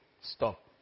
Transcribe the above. stop